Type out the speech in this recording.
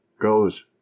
goes